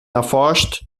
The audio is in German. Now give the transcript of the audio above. erforscht